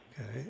Okay